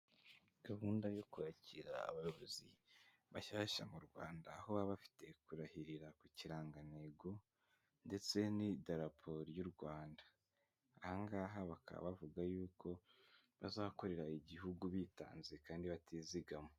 Gahunda yo kwakira abayobozi bashyashya mu Rwanda aho baba bafite kurahirira ku kirangantego ndetse n'idarapo y'u Rwanda, aha ngaha bakaba bavuga y'uko bazakorera igihugu bitanze kandi batizigama.